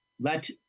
let